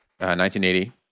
1980